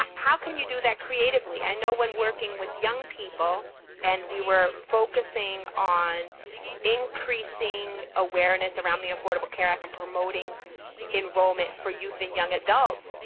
how can you do that creatively? i know when working with young people and we were focusing on increasing awareness around the affordable care act and promoting enrollment for youth and young adults,